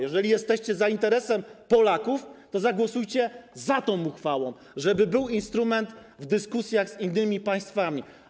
Jeżeli jesteście za interesem Polaków, to zagłosujcie za tą uchwałą, żeby był instrument w dyskusjach z innymi państwami.